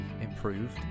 improved